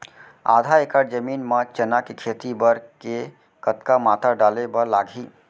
आधा एकड़ जमीन मा चना के खेती बर के कतका मात्रा डाले बर लागही?